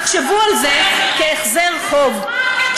תחשבו על זה כהחזר חוב,